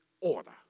order